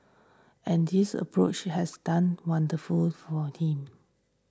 and this approach has done wonderful for him